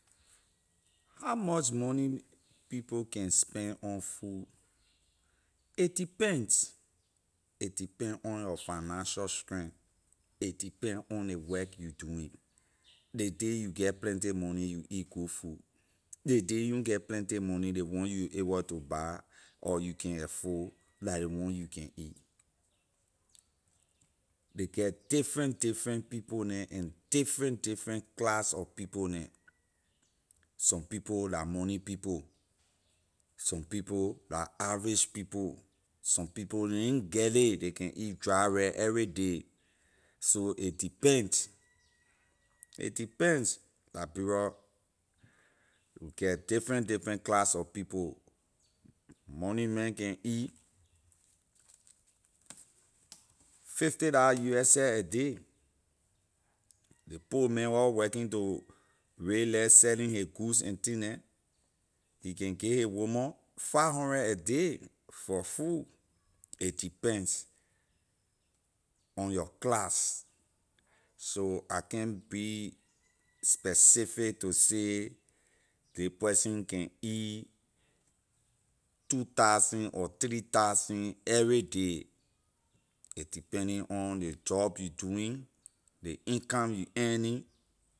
How much money people can spend on food it depends a depend on your financial strength a depend on ley work you doing ley day you get plenty money you eat good food ley day you na get plenty money money ley one you able to buy or you can afford la ley one you can eat ley get different different people neh and different different class of people neh some people la money people some people la average people some people ley na get ley ley can eat dry rice everyday so it depends it depends liberia we get different different class of people money man can eat fifty da us seh a day ley poor man where working to red light selling his goods and thing neh he can give his woman five hundred a day for food it depends on your class so I can't be specific to say ley person can eat two thousand or three thousand everyday a depending on ley job you doing ley income you earning